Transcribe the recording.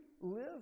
live